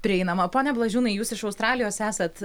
prieinama pone bražiūnai jūs iš australijos esat